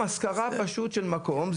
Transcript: השכרה פשוט של מקום.